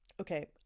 Okay